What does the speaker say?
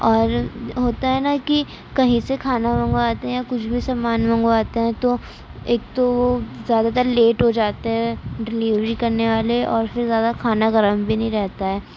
اور ہوتا ہے نا کہ کہیں سے کھانا منگواتے ہیں یا کچھ بھی سامان منگواتے ہیں تو ایک تو وہ زیادہ تر لیٹ ہو جاتے ہیں ڈلیوری کرنے والے اور پھر زیادہ کھانا گرم بھی نہیں رہتا ہے